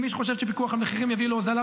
מי שחושב שפיקוח על מחירים יביא להוזלה,